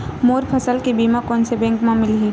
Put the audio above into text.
मोर फसल के बीमा कोन से बैंक म मिलही?